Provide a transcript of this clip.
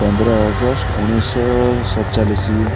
ପନ୍ଦର ଅଗଷ୍ଟ ଉଣେଇଶି ଶହ ଶତଚାଳିଶି